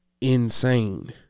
insane